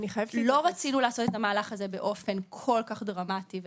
לא רצינו לעשות את המהלך הזה באופן כל כך דרמטי וחד-צדדי,